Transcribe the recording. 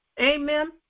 Amen